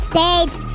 States